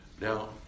Now